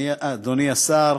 אדוני השר,